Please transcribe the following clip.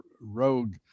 rogue